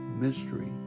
mystery